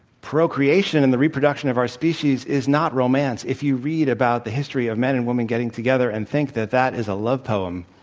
procreation and the reproduction of our species is not romance. if you read about the history of men and women getting together and think that that is a love poem,